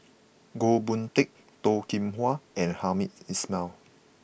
Goh Boon Teck Toh Kim Hwa and Hamed Ismail